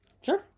sure